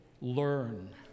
learn